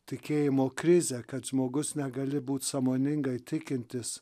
tikėjimo krizę kad žmogus negali būt sąmoningai tikintis